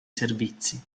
servizi